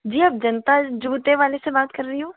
जी आप जन्तल जूते वाले से बात कर रही हूँ